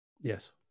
Yes